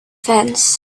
fence